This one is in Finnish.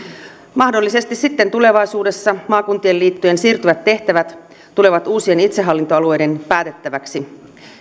mahdollisesti sitten tulevaisuudessa maakuntien liittojen siirtyvät tehtävät tulevat uusien itsehallintoalueiden päätettäväksi